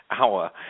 hour